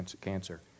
cancer